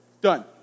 Done